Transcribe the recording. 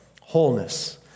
wholeness